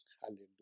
Hallelujah